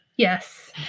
Yes